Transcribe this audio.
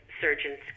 surgeon's